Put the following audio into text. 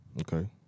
Okay